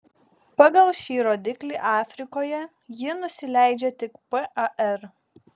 pagal šį rodiklį afrikoje ji nusileidžia tik par